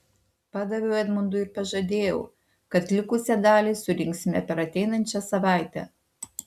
padaviau edmundui ir pažadėjau kad likusią dalį surinksime per ateinančią savaitę